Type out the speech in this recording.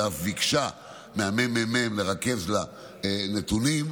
ואף ביקשה מהממ"מ לרכז לה נתונים.